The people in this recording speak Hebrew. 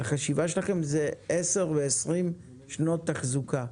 החשיבה שלכם היא עשר ועשרים שנות תחזוקה,